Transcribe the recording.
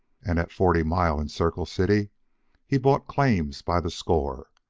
and at forty mile and circle city he bought claims by the score.